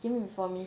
he came in before me